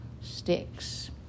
sticks